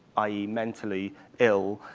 i e. mentally ill,